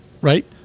right